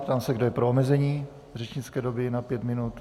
Ptám se, kdo je pro omezení řečnické doby na pět minut.